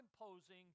imposing